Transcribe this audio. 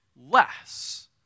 less